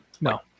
No